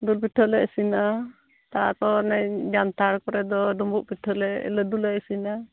ᱫᱩᱞ ᱯᱤᱴᱷᱟᱹ ᱞᱮ ᱤᱥᱤᱱᱟ ᱛᱟᱨᱯᱚᱨ ᱚᱱᱮ ᱡᱟᱱᱛᱷᱟᱲ ᱠᱚᱨᱮ ᱫᱚ ᱰᱩᱸᱵᱩᱜ ᱯᱤᱴᱷᱟᱹᱞᱮ ᱞᱟᱹᱰᱩ ᱞᱮ ᱤᱥᱤᱱᱟ